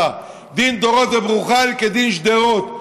ודין דורות וברור חיל כדין שדרות.